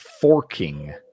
forking